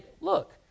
look